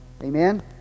Amen